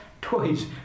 toys